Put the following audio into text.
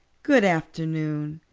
good afternoon.